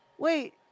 Wait